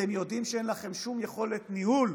אתם יודעים שאין לכם שום יכולת ניהול,